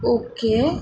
okay